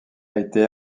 été